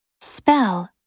Spell